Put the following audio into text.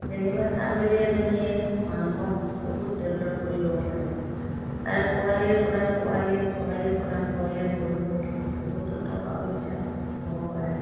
যেনিবা ছাগলী এজনীয়ে মানুহক বহুত ডেভলপ কৰিব পাৰে তাৰ পোৱালিৰ পৰা পোৱালি পোৱালিৰ পৰা পোৱালি হৈ হৈ বহুতো টকা পইচা হ'ব পাৰে